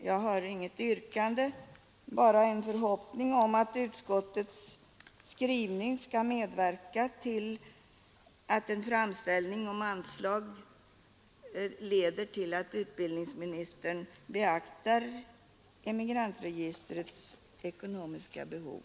Jag har inget yrkande, bara en förhoppning om att utskottets skrivning skall medverka till att en framställning om anslag leder till att utbildningsministern beaktar Emigrantregistrets ekonomiska behov.